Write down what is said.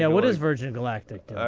yeah what is virgin galactic